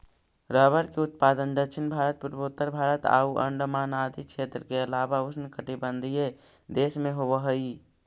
rubber के उत्पादन दक्षिण भारत, पूर्वोत्तर भारत आउ अण्डमान आदि क्षेत्र के अलावा उष्णकटिबंधीय देश में होवऽ हइ